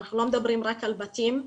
אנחנו לא מדברים רק על בתים,